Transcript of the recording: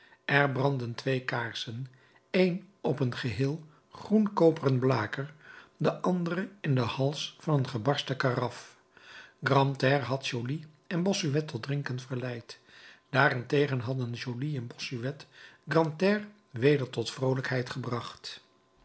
er brandden twee kaarsen een op een geheel groenkoperen blaker de andere in den hals van een gebarsten karaf grantaire had joly en bossuet tot drinken verleid daarentegen hadden joly en bossuet grantaire weder tot vroolijkheid gebracht